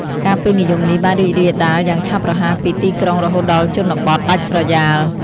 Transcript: ការពេញនិយមនេះបានរីករាលដាលយ៉ាងឆាប់រហ័សពីទីក្រុងរហូតដល់ជនបទ ដាច់ស្រយាល។